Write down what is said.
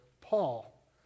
Paul